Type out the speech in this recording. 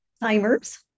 timers